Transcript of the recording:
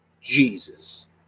jesus